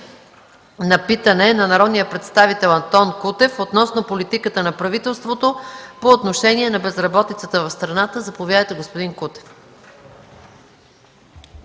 на питане от народния представител Антон Кутев относно политиката на правителството по отношение на безработицата в страната. Заповядайте, господин Кутев.